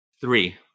Three